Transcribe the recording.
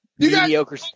Mediocre